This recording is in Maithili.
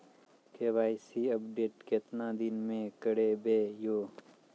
के.वाई.सी अपडेट केतना दिन मे करेबे यो?